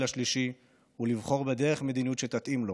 השלישי ולבחור בדרך מדיניות שתתאים לו.